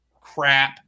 crap